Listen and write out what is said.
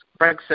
Brexit